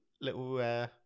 little